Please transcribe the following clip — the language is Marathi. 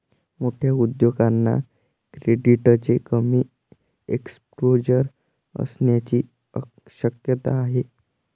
मोठ्या उद्योगांना क्रेडिटचे कमी एक्सपोजर असण्याची शक्यता आहे